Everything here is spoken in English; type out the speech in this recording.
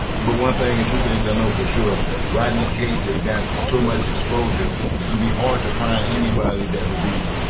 but one thing and two things i know for sure rodney case has got so much exposure it's going to be hard to find anybody that will be,